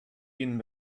ihnen